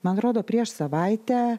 man atrodo prieš savaitę